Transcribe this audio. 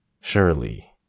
surely